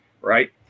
right